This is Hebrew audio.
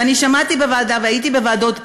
ואני שמעתי בוועדה והייתי בוועדות,